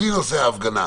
בלי נושא ההפגנה,